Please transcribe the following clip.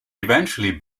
eventually